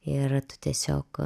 ir tu tiesiog